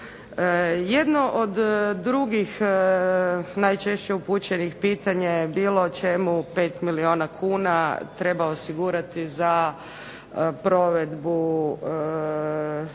Jedno od drugih najčešće upućenih pitanja je bilo čemu 5 milijuna kuna treba osigurati za provedbu članka